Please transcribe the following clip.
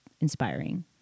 inspiring